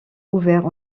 ouverts